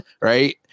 Right